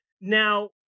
now